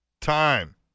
time